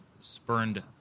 spurned